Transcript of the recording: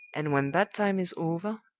and when that time is over,